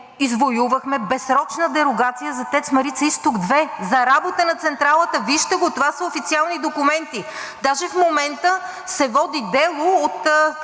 безсрочна дерогация за ТЕЦ „Марица изток 2“, за работа на централата – вижте го, това са официални документи. Даже в момента се води дело от